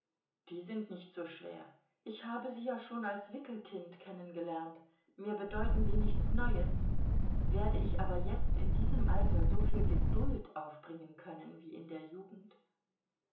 die sind nicht so schwer ich habe sie ja schon als wickelkind kennengelernt mir bedeuten sie nichts neues werde ich aber jetzt in diesem alter so viel geduld aufbringen können wie in der jugend